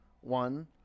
One